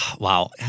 Wow